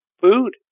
food